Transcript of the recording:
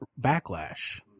backlash